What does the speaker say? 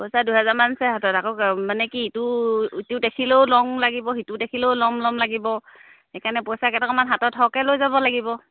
পইচা দুহেজাৰমান আছে হাতত আকৌ মানে কি ইটো ইটো দেখিলেও ল'ম লাগিব সিটো দেখিলেও ল'ম ল'ম লাগিব সেইকাৰণে পইচা কেইটকামান হাতত সৰহকৈ লৈ যাব লাগিব